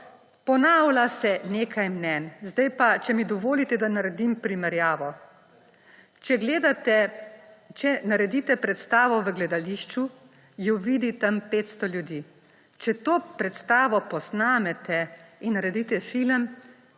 Ponavlja se nekaj mnenj. Zdaj pa, če mi dovolite, da naredim primerjavo. Če gledate, če naredite predstavo v gledališču, jo vidi tam 500 ljudi. Če to predstavo posnamete in naredite film,